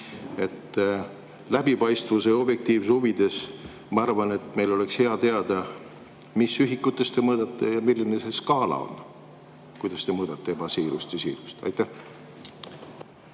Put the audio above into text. Läbipaistvuse ja objektiivsuse huvides ma arvan, et meil oleks hea teada, mis ühikutes te seda mõõdate ja milline see skaala on. Kuidas te mõõdate ebasiirust ja siirust? Austatud